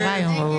הצבעה לא אושרו.